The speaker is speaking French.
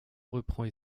reprend